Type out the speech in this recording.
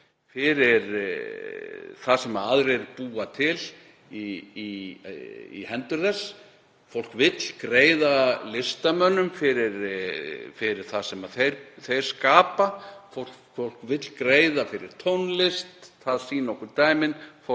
fyrir það sem aðrir búa til í hendur þess. Fólk vill greiða listamönnum fyrir það sem þeir skapa, fólk vill greiða fyrir tónlist, það sýna dæmin.